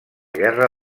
guerra